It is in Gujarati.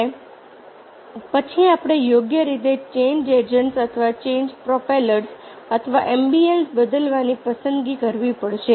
અને પછી આપણે યોગ્ય રીતે ચેન્જ એજન્ટ્સ અથવા ચેન્જ પ્રોપેલર્સ અથવા એમ્બિયન્સ બદલવાની પસંદગી કરવી પડશે